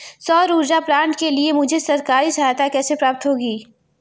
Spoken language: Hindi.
सौर ऊर्जा प्लांट के लिए मुझे सरकारी सहायता कैसे प्राप्त होगी?